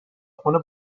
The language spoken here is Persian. خونه